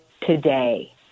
today